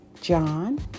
John